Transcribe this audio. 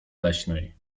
leśnej